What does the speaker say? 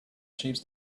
shapes